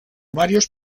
varios